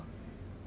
home sia